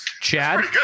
Chad